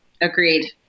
Agreed